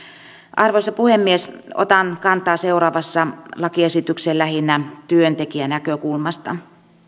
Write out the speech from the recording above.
arvoisa puhemies otan kantaa seuraavassa lakiesitykseen lähinnä työntekijänäkökulmasta